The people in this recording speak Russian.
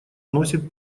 носит